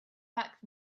back